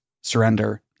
surrender